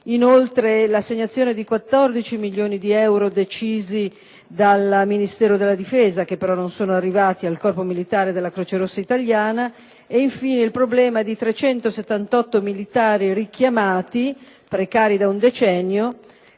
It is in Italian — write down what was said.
dell'assegnazione di 14 milioni di euro decisi dal Ministero della difesa, che però non sono arrivati al corpo militare della Croce rossa italiana; infine, il problema di 378 militari richiamati, precari da un decennio,